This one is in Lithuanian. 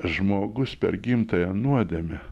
žmogus per gimtąją nuodėmę